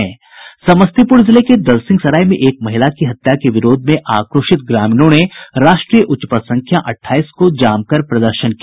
समस्तीपुर जिले के दलसिंहसराय में एक महिला की हत्या के विरोध में आक्रोशित ग्रामीणों ने राष्ट्रीय उच्च पथ संख्या अठाईस को जाम कर प्रदर्शन किया